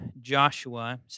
Joshua